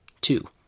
Two